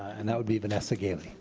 and that would be vanessa gaileigh.